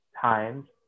Times